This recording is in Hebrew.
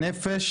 הנפש